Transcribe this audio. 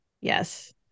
yes